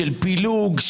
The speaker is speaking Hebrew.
של פילוג,